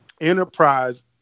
enterprise